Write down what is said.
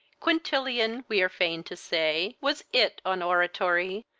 quintilian, we are fain to say, was it on oratory,